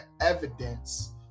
evidence